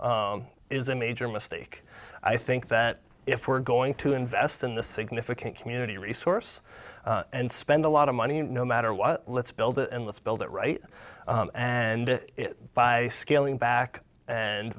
is a major mistake i think that if we're going to invest in the significant community resource and spend a lot of money no matter what let's build it and let's build it right and by scaling back and